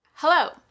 Hello